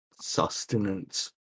sustenance